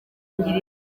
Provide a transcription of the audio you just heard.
ibindi